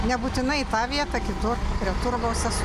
nebūtinai į tą vietą kitur prie turgaus esu